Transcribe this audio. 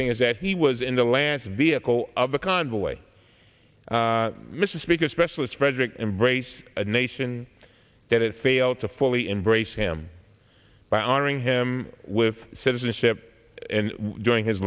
thing is that he was in the last vehicle of the convoy mr speaker specialist frederick embrace a nation that it failed to fully embrace him by honoring him with citizenship and during his